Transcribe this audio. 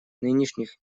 нынешних